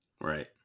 Right